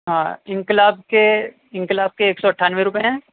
ہاں انقلاب کے انقلاب کے ایک سو اٹھانوے روپیے ہیں